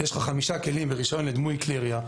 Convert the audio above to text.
ויש לך חמישה כלים ורישיון לדמוי כלי ירייה,